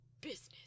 business